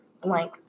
blank